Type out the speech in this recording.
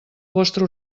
vostre